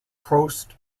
prost